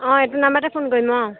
অঁ এইটো নাম্বাৰতে ফোন কৰিম অঁ